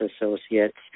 associates